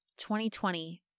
2020